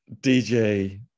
DJ